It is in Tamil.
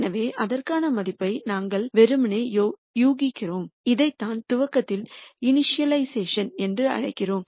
எனவே அதற்கான மதிப்பை நாங்கள் வெறுமனே யூகிக்கிறோம் இதைத்தான் துவக்கத்தில் இணிஷியலைஸ்சேஷன் என்று அழைக்கிறோம்